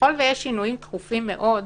ככל ויש שינויים תכופים מאוד,